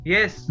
Yes